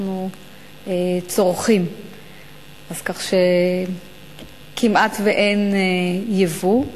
אז כך שכמעט אין יבוא.